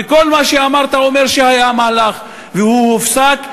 וכל מה שאמרת אומר שהיה מהלך והוא הופסק,